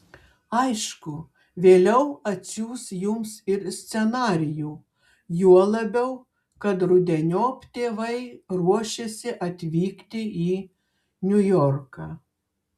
aišku vėliau atsiųs jums ir scenarijų juo labiau kad rudeniop tėvai ruošiasi atvykti į niujorką